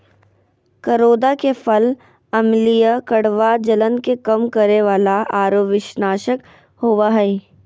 करोंदा के फल अम्लीय, कड़वा, जलन के कम करे वाला आरो विषनाशक होबा हइ